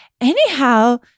anyhow